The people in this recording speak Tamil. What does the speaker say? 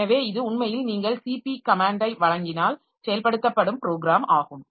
எனவே இது உண்மையில் நீங்கள் cp கமேன்டை வழங்கினால் செயல்படுத்தப்படும் ப்ரோக்ராம் ஆகும்